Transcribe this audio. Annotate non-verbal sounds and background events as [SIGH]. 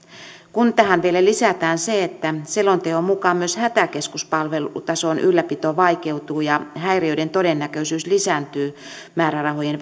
kun tähän vielä lisätään se että selonteon mukaan myös hätäkeskuspalvelun tason ylläpito vaikeutuu ja häiriöiden todennäköisyys lisääntyy määrärahojen [UNINTELLIGIBLE]